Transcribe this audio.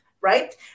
right